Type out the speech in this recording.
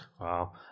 Wow